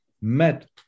met